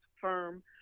firm